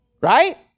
Right